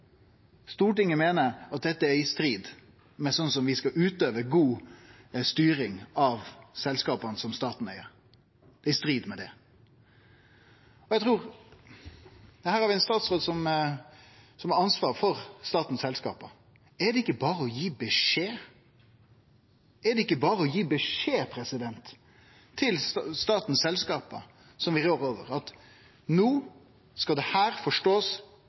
Stortinget meiner at dette er i strid med korleis vi skal utøve god styring av selskapa som staten eig. Her har vi ein statsråd med ansvar for dei statlege selskapa. Er det ikkje berre å gi beskjed? Er det ikkje berre å gi beskjed til dei statlege selskapa som vi rår over, at no skal ein forstå dette slik det